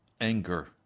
anger